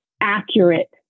accurate